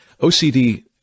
OCD